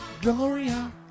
Gloria